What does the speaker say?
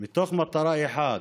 מתוך מטרה אחת: